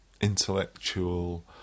intellectual